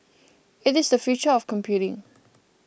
it is the future of computing